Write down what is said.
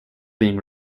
being